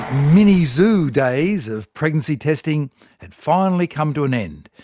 mini-zoo days of pregnancy testing had finally come to an end.